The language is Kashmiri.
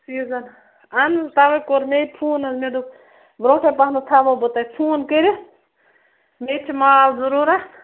سیٖزن اَہَن تَوَے کوٚر مےٚ فون حظ مےٚ دوٚپ برٛونٛٹھٕے پہمتھ تھاوَو بہٕ تۄہہِ فون کٔرِتھ مےٚ تہِ چھُ مال ضروٗرت